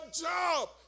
job